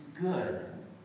good